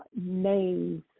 names